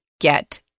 get